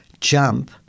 jump